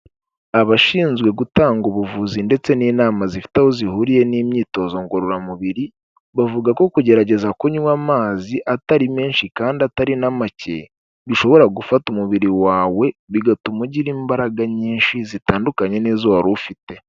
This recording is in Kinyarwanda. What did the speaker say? Abashinzwe gutanga ubuvuzi ndetse n'inama zifite aho zihuriye n'imyitozo ngororamubiri, bavuga ko kugerageza kunywa amazi atari menshi kandi atari na make, bishobora gufatasha umubiri wawe, bigatuma ugira imbaraga nyinshi zitandukanye n'izo wari ufite.